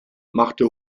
machte